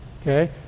Okay